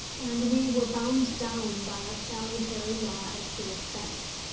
and we were bound down by a salutary law as to expense,